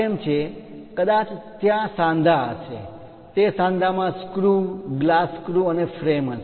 કદાચ ત્યાં સાંધા હશે તે સાંધામાં સ્ક્રૂ ગ્લાસ સ્ક્રૂ અને ફ્રેમ હશે